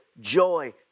joy